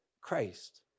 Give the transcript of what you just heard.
Christ